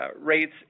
rates